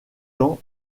temps